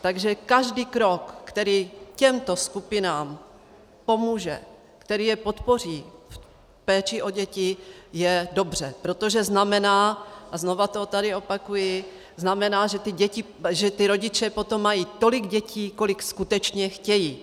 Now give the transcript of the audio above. Takže každý krok, který těmto skupinám pomůže, který je podpoří v péči o děti, je dobře, protože znamená, a znova to tady opakuji, že ti rodiče potom mají tolik dětí, kolik skutečně chtějí.